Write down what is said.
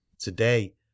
today